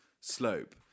slope